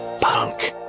Punk